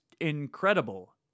incredible